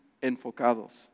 enfocados